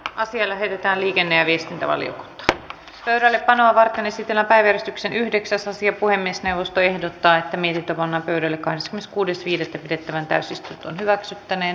asia lähetettiin liikenne viestintä oli pöydällepanoa varten esitellä päivystyksen yhdeksäs ja puhemiesneuvosto ehdottaa niitä panna vireille kans kuudes viidettä pidettävään täysistunto viestintävaliokuntaan